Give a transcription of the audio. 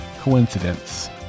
coincidence